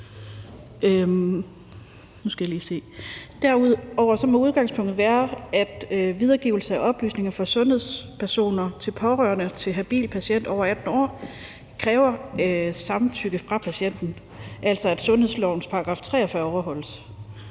Derudover må udgangspunktet være, at videregivelse af oplysninger fra sundhedspersoner til pårørende om habile patienter over 18 år kræver samtykke fra patienten, altså at sundhedslovens § 43 overholdes.